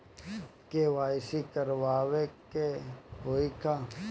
KYC करावे के होई का?